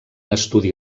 estudi